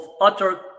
utter